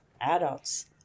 adults